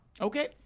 Okay